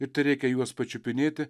ir tereikia juos pačiupinėti